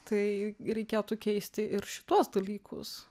tai reikėtų keisti ir šituos dalykus